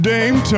Dame